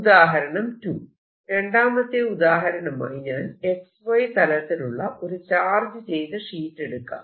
ഉദാഹരണം 2 രണ്ടാമത്തെ ഉദാഹരണമായി ഞാൻ XY തലത്തിലുള്ള ഒരു ചാർജ് ചെയ്ത ഷീറ്റ് എടെടുക്കാം